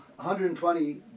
120